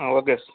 okay